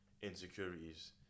insecurities